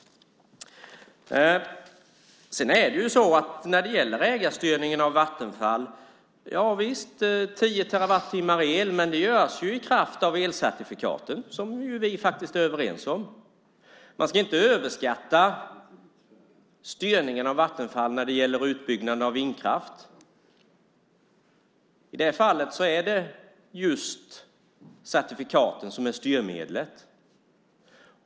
När det gäller ägarstyrningen av Vattenfall är det rätt att de producerar tio terawattimmar el, men det görs ju i kraft av elcertifikaten, som vi faktiskt är överens om. Man ska inte överskatta styrningen av Vattenfall när det gäller utbyggnaden av vindkraft. I det fallet är det just certifikaten som är styrmedlet.